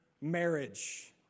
marriage